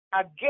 again